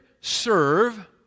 serve